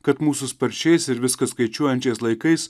kad mūsų sparčiais ir viskas skaičiuojančiais laikais